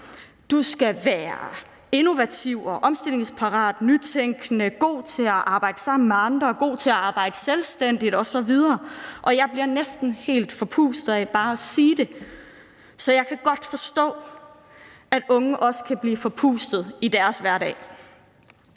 Du skal være innovativ, omstillingsparat, nytænkende, god til at arbejde sammen med andre, god til at arbejde selvstændigt osv. Jeg bliver næsten helt forpustet af bare at sige det, så jeg kan godt forstå, at unge også kan blive forpustet i deres hverdag.